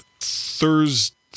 Thursday